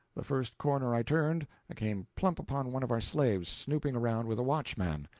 the first corner i turned, i came plump upon one of our slaves, snooping around with a watchman.